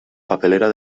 papelera